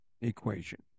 equation